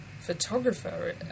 photographer